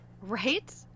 Right